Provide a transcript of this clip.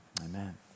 amen